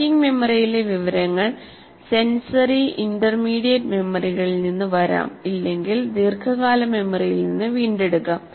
working മെമ്മറിയിലെ വിവരങ്ങൾ sensory intermediate മെമ്മറികളിൽ നിന്ന് വരാം അല്ലെങ്കിൽ ദീർഘകാല മെമ്മറിയിൽ നിന്ന് വീണ്ടെടുക്കാം